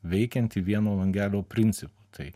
veikianti vieno langelio principu tai